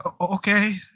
okay